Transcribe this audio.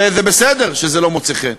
וזה בסדר שזה לא מוצא חן,